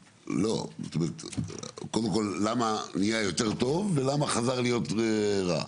קודם כל, למה נהיה יותר טוב ולמה חזר להיות רע?